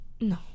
No